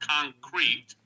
concrete